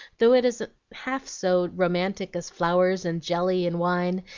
though it isn't half so romantic as flowers, and jelly, and wine,